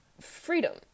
freedom